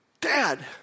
dad